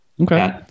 Okay